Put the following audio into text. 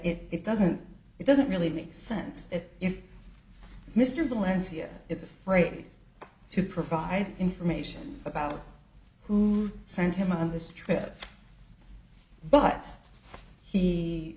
at it doesn't it doesn't really make sense if mr landsea is afraid to provide information about who sent him on this trip but he